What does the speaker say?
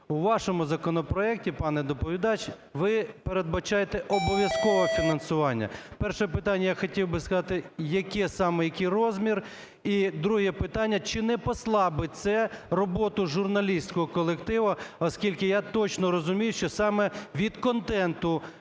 у вашому законопроекті, пане доповідач, ви передбачаєте обов'язкове фінансування. Перше питання я хотів би сказати. Яке саме і який розмір? І друге питання. Чи не послабить це роботу журналістську колективу, оскільки я точно розумію, що саме від контенту,